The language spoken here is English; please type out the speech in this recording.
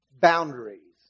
boundaries